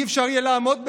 לא יהיה אפשר לעמוד בזה.